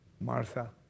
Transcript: Martha